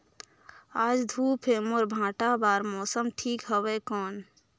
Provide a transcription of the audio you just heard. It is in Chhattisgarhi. आज धूप हे मोर भांटा बार मौसम ठीक हवय कौन?